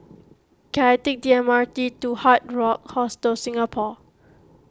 can I take the M R T to Hard Rock Hostel Singapore